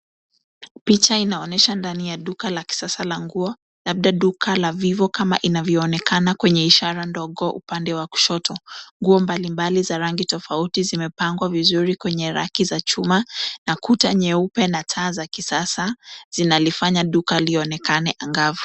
Picha inaonyesha ndani ya duka la kisasa la nguo labda duka la vivo kama inavyoonekana kwenye ishara ndogo upande wa kushoto. Nguo mbalimbali za rangi tofauti zimepangwa vizuri kwenye raki za chuma na kuta nyeupe na taa za kisasa zinalifanya duka lionekane angavu.